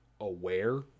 aware